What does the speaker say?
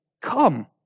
come